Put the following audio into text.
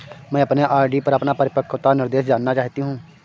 मैं अपने आर.डी पर अपना परिपक्वता निर्देश जानना चाहती हूँ